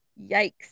Yikes